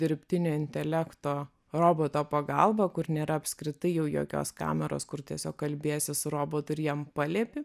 dirbtinio intelekto roboto pagalba kur nėra apskritai jau jokios kameros kur tiesiog kalbiesi su robotu ir jam paliepi